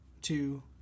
two